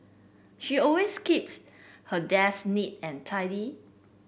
she always keeps her desk neat and tidy